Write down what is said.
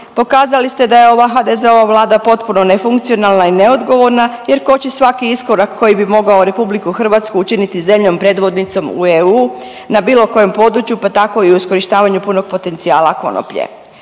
Pokazali ste da je ova HDZ-ova Vlada potpuno nefunkcionalna i neodgovorna jer koči svaki iskorak koji bi mogao RH učiniti zemljom predvodnicom u EU na bilo kojem području, pa tako i u iskorištavanju punog potencijala konoplje.